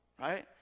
right